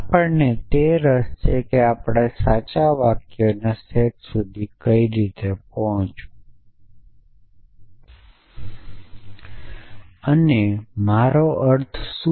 આપણને તે રસ છે કે આપણે સાચા વાક્યોના આ સેટ સુધી કઈ રીતે પોહચવું